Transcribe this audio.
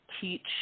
teach